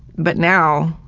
but now,